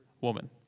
woman